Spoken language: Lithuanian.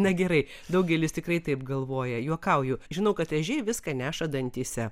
na gerai daugelis tikrai taip galvoja juokauju žinau kad ežiai viską neša dantyse